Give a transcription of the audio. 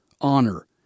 honor